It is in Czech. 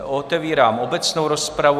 Otevírám obecnou rozpravu.